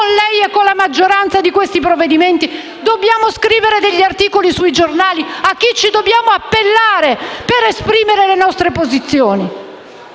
con lei e la maggioranza di questi provvedimenti? Dobbiamo scrivere degli articoli sui giornali? A chi ci dobbiamo appellare per esprimere le nostre posizioni?